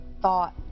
thought